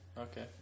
Okay